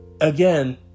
again